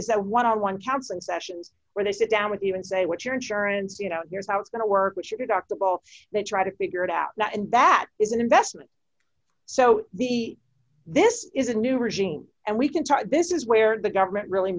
is that one on one counseling sessions where they sit down with you and say what your insurance you know here's how it's going to work with your doctor both they try to figure it out that and that is an investment so the this is a new regime and we can type this is where the government really